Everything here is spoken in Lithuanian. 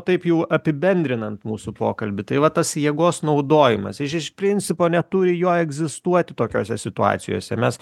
taip jau apibendrinant mūsų pokalbį tai va tas jėgos naudojimas jiš iš principo neturi jo egzistuoti tokiose situacijose mes